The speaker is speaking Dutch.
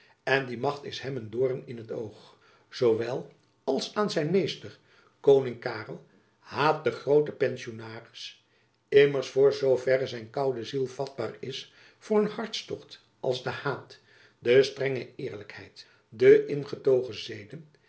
en die macht is hem een doorn in t oog zoowel als aan zijn meester koning karel haat den grooten pensionaris immers voor zoo verre zijn koude ziel vatbaar is voor een hartstocht als de haat de strenge eerlijkheid de ingetogen zeden